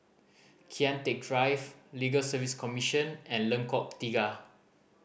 Kian Teck Drive Legal Service Commission and Lengkok Tiga